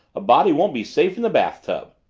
a body won't be safe in the bathtub.